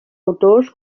autors